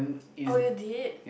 oh you did